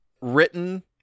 written